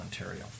Ontario